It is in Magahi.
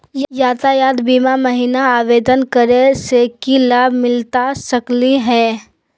यातायात बीमा महिना आवेदन करै स की लाभ मिलता सकली हे?